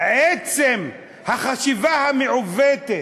עצם החשיבה המעוותת,